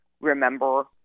remember